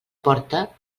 porta